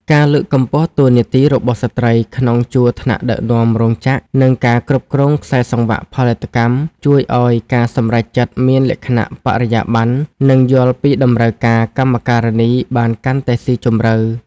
ការលើកកម្ពស់តួនាទីរបស់ស្ត្រីក្នុងជួរថ្នាក់ដឹកនាំរោងចក្រ និងការគ្រប់គ្រងខ្សែសង្វាក់ផលិតកម្ម ជួយឱ្យការសម្រេចចិត្តមានលក្ខណៈបរិយាប័ន្ន និងយល់ពីតម្រូវការកម្មការិនីបានកាន់តែស៊ីជម្រៅ។